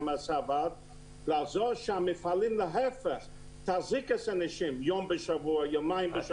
כדי שהמפעלים יחזיקו את האנשים יום או יומיים בשבוע.